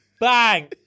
bang